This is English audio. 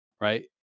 right